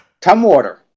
Tumwater